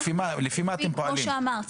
לפי מה אתם פועלים?